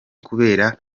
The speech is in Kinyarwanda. kubera